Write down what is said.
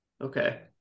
Okay